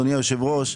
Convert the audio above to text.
אדוני היושב-ראש,